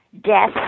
death